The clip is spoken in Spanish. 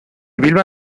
vilma